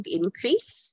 increase